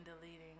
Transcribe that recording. deleting